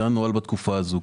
זה הנוהל בתקופה הזאת.